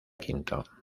quinto